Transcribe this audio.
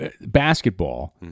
Basketball